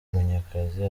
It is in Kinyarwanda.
munyakazi